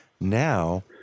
now